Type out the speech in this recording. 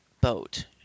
boat